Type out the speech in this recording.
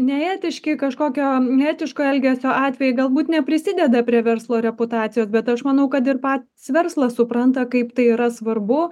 neetiški kažkokio neetiško elgesio atvejai galbūt neprisideda prie verslo reputacijos bet aš manau kad ir pats verslas supranta kaip tai yra svarbu